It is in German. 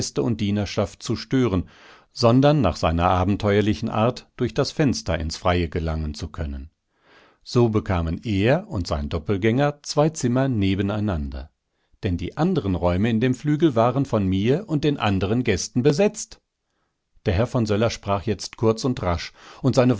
und dienerschaft zu stören sondern nach seiner abenteuerlichen art durch das fenster ins freie gelangen zu können so bekamen er und sein doppelgänger zwei zimmer nebeneinander denn die anderen räume in dem flügel waren von mir und den anderen gästen besetzt der herr von söller sprach jetzt kurz und rasch und seine